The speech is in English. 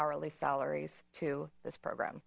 hourly salaries to this program